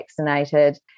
vaccinated